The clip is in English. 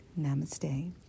Namaste